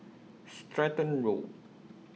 Stratton Road